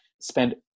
spend